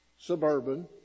suburban